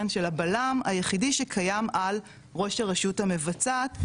כן של הבלם היחידי שקיים על ראש הרשות המבצעת,